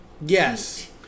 Yes